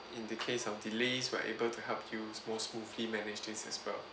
in the case of delays we are able to help you more smoothly manage this as well